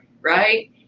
right